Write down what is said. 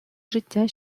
життя